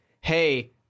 Hey